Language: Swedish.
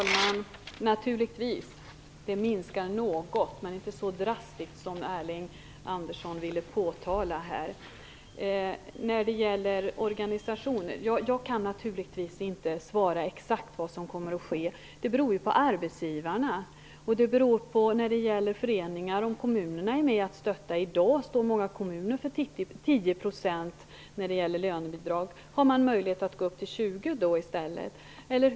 Herr talman! Naturligtvis minskar antalet något men inte så drastiskt som Elving Andersson vill påtala här. När det gäller frågan om organisation kan jag naturligtvis inte svara exakt på frågan om vad som kommer att ske. Det beror ju på arbetsgivarna, och när det gäller föreningar beror det på om kommunerna är med och stöttar. I dag står många kommuner för 10 % av lönebidragen. Nu har man möjlighet att gå upp till 20 % i stället.